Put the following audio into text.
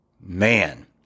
man